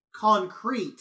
concrete